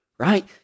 right